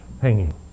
hanging